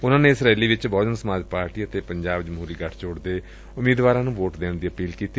ਉਨੂਾਂ ਨੇਂ ਇਸ ਰੈਲੀ ਵਿਚ ਬਹੁਜਨ ਸਮਾਜ ਪਾਰਟੀ ਅਤੇ ਪੰਜਾਬ ਜਮਹੂਰੀ ਗਠਜੋੜ ਦੇ ਉਮੀਦਵਾਰਾ ਨੂੰ ਵੋਟ ਦੇਣ ਦੀ ਅਪੀਲ ਕੀਤੀ